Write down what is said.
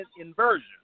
inversion